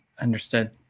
Understood